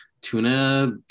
tuna